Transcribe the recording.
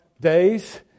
Days